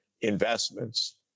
investments